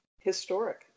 Historic